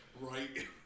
Right